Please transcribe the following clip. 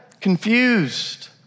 confused